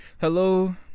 Hello